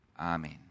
Amen